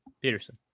Peterson